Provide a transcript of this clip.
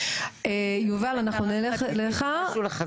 יחידניות הם אנשים שנמצאים בטיפול,